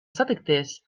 satikties